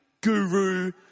guru